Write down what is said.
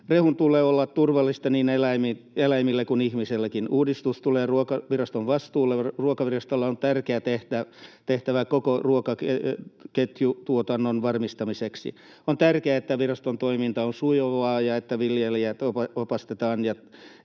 Rehun tulee olla turvallista niin eläimille kuin ihmisellekin. Uudistus tulee Ruokaviraston vastuulle. Ruokavirastolla on tärkeä tehtävä koko ruokaketjutuotannon varmistamiseksi. On tärkeää, että viraston toiminta on sujuvaa ja että viljelijöitä opastetaan